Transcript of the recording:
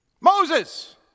Moses